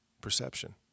perception